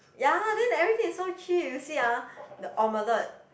ya then everything is so cheap you see ah the omelette